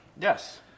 Yes